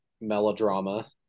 melodrama